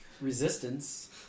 Resistance